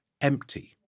empty